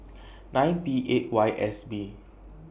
nine P eight Y S B